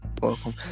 welcome